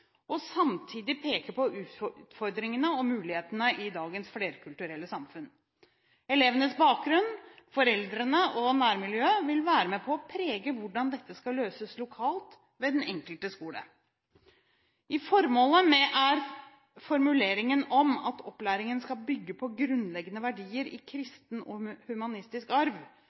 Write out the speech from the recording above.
og samtidig peke på utfordringene og mulighetene i dagens flerkulturelle samfunn. Elevenes bakgrunn, foreldrene og nærmiljøet vil være med på å prege hvordan dette skal løses lokalt ved den enkelte skole. I formålet er formuleringen om at opplæringen skal bygge på grunnleggende verdier i kristen og humanistisk arv,